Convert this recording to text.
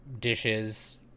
dishes